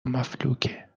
مفلوکه